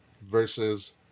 versus